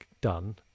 done